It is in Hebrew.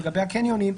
לגבי הקניונים,